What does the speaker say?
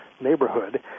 neighborhood